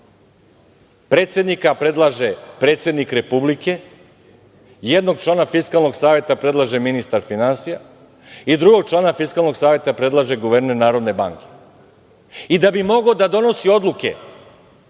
Predsednika predlaže predsednik Republike, jednog člana Fiskalnog saveta predlaže ministar finansija i drugog člana Fiskalnog saveta predlaže guverner Narodne banke. Da bi mogao da donosi odluke,